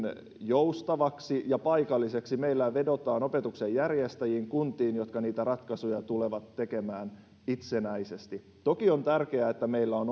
joustavaksi ja paikalliseksi meillä vedotaan opetuksen järjestäjiin kuntiin jotka niitä ratkaisuja tulevat tekemään itsenäisesti toki on tärkeää että meillä on